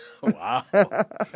Wow